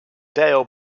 dale